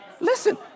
Listen